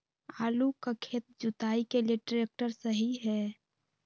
आलू का खेत जुताई के लिए ट्रैक्टर सही है?